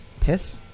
Piss